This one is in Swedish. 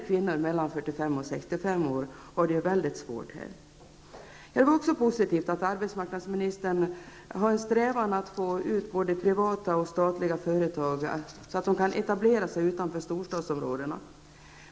Kvinnor mellan 45 och 65 år har det mycket svårt. Det är också positivt att arbetsmarknadsministern har en strävan att få ut både privata och statliga företag, så att de kan etablera sig utanför storstadsområdena.